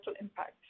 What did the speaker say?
impact